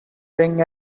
bring